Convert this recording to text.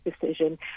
decision